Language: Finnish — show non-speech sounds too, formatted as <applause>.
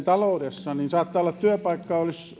<unintelligible> talouden tilanteessa saattaa olla että työpaikka olisi